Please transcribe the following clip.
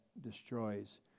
destroys